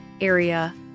area